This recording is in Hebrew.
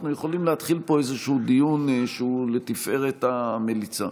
יכולים להתחיל פה איזשהו דיון שהוא לתפארת המליצה.